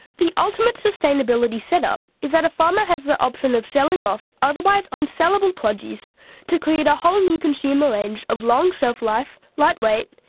the ultimate sustainability set-up is that a farmer has the option of selling off otherwise unsellable produce to create a whole new consumer range of long shelf-life, lightweight,